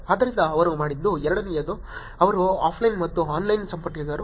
ಆದ್ದರಿಂದ ಅವರು ಮಾಡಿದ್ದು ಎರಡನೆಯದು ಅವರು ಆಫ್ಲೈನ್ ಮತ್ತು ಆನ್ಲೈನ್ಗೆ ಸಂಪರ್ಕಿಸಿದರು